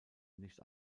nicht